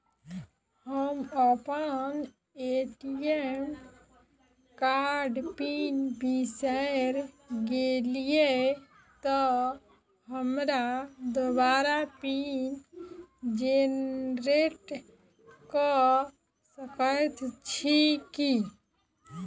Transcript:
हम अप्पन ए.टी.एम कार्डक पिन बिसैर गेलियै तऽ हमरा दोबारा पिन जेनरेट कऽ सकैत छी की?